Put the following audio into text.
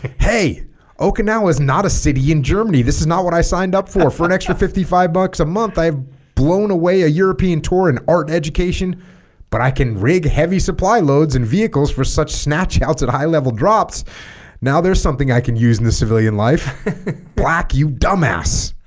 hey okinawa is not a city in germany this is not what i signed up for for an extra fifty five bucks a month i've blown away a european tour in art education but i can rig heavy supply loads and vehicles for such snatch outs at high level drops now there's something i can use in the civilian life black you dumbass